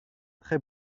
très